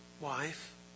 wife